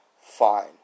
fine